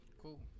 cool